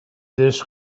this